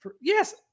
Yes